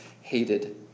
hated